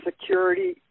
Security